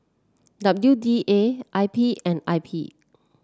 W D A I P and I P